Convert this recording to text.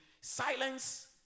silence